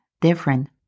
different